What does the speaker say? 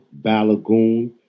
Balagoon